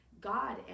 God